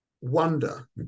wonder